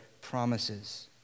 promises